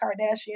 Kardashian